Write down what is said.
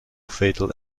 fatal